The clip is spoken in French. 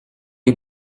les